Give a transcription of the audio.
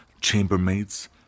chambermaids